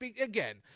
again